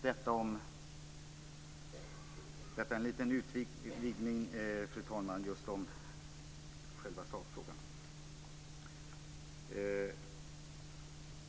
Detta var en liten utvikning, fru talman, från själva sakfrågan.